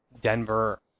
Denver